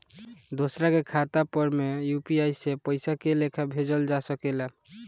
दोसरा के खाता पर में यू.पी.आई से पइसा के लेखाँ भेजल जा सके ला?